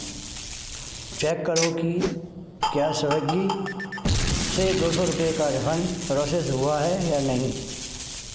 check करो की क्या स्विग्गी से दो सौ रुपये का रिफ़ंड प्रोसेस हुआ है या नहीं